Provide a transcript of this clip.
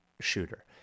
shooter